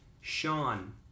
Sean